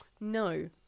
No